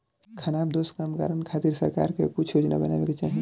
खानाबदोश कामगारन खातिर सरकार के कुछ योजना बनावे के चाही